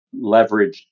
leveraged